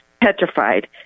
petrified